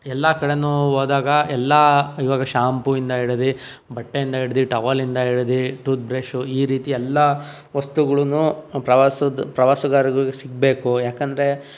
ಎಲ್ಲ ಕಡೆಯೂ ಹೋದಾಗ ಎಲ್ಲ ಇವಾಗ ಶಾಂಪುಯಿಂದ ಹಿಡಿದು ಬಟ್ಟೆಯಿಂದ ಹಿಡಿದು ಟವೆಲ್ಯಿಂದ ಹಿಡಿದು ಟೂತ್ ಬ್ರೇಷು ಈ ರೀತಿ ಎಲ್ಲ ವಸ್ತುಗಳನ್ನು ಪ್ರವಾಸದ ಪ್ರವಾಸಗಾರರ್ಗು ಸಿಗಬೇಕು ಯಾಕೆಂದ್ರೆ